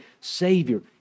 Savior